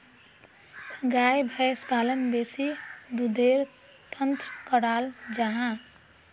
गाय भैंस पालन बेसी दुधेर तंर कराल जाहा